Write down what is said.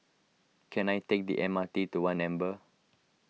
can I take the M R T to one Amber